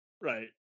Right